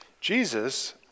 Jesus